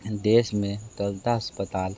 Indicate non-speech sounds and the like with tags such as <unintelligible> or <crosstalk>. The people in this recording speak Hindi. देश में <unintelligible> अस्पताल